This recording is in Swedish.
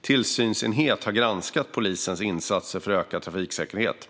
tillsynsenhet har granskat polisens insatser för ökad trafiksäkerhet.